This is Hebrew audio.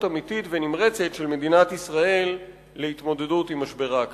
אמיתית ונמרצת של מדינת ישראל להתמודדות עם משבר האקלים.